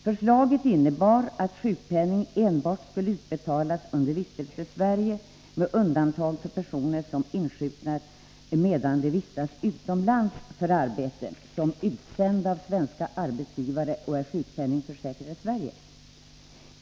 Förslaget innebar att sjukpenning skulle utbetalas endast under vistelse i Sverige, med undantag för personer som insjuknar medan de vistas utomlands för arbete som utsända av svenska arbetsgivare och är sjukpenningförsäkrade i Sverige.